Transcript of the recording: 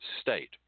state